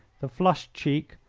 the flushed cheek,